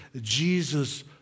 Jesus